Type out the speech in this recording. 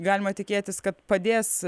galima tikėtis kad padės